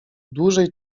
dłużej